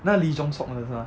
那 lee jong suk 的是吗